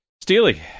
Steely